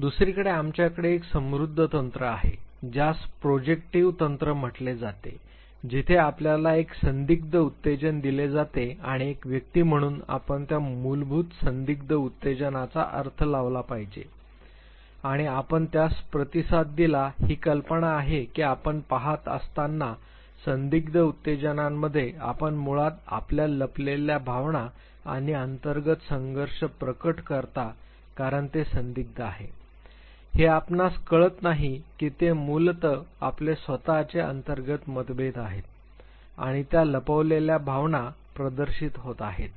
दुसरीकडे आमच्याकडे एक समृद्ध तंत्र आहे ज्यास प्रोजेक्टिव्ह तंत्र म्हटले जाते जिथे आपल्याला एक संदिग्ध उत्तेजन दिले जाते आणि एक व्यक्ती म्हणून आपण त्या मूलभूत संदिग्ध उत्तेजनाचा अर्थ लावला पाहिजे आणि आपण त्यास प्रतिसाद दिला ही कल्पना आहे की आपण पहात असताना संदिग्ध उत्तेजनांमध्ये आपण मुळात आपल्या लपलेल्या भावना आणि अंतर्गत संघर्ष प्रकट करता कारण ते संदिग्ध आहे हे आपणास कळत नाही की ते मूलतः आपले स्वतःचे अंतर्गत मतभेद आहेत आणि त्या लपवलेल्या भावना प्रदर्शित होत आहेत